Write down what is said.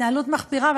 התנהלות מחפירה,